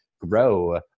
grow